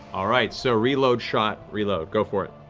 all right. so reload, shot, reload. go for it.